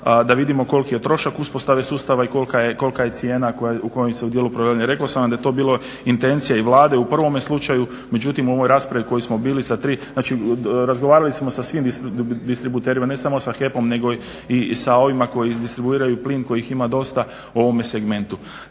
da vidimo koliko je trošak uspostave sustava i kolika je cijena u kojem se dijelu prodaje. Rekao sam vam da je to bilo intencija Vlade u prvome slučaju, međutim u ovoj raspravi koju smo bili sa tri, razgovarali smo sa svim distributerima ne samo sa HEP-om nego i sa ovima koji distribuiraju plin, kojih ima dosta u ovome segmentu.